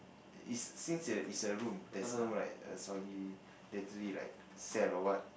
is since it is a room there's no like a solidatory like cell or what